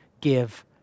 give